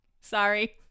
Sorry